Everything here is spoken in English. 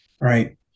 Right